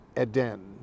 Eden